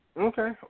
Okay